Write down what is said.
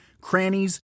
crannies